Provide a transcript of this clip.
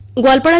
one. but